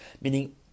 meaning